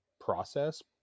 process